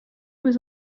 was